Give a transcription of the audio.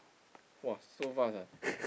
!wah! so fast uh